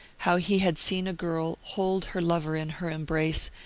how he had seen a girl hold her lover in her em brace,